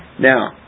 Now